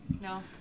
No